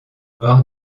hors